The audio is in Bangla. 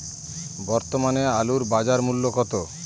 বর্তমানে আলুর বাজার মূল্য কত?